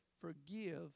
forgive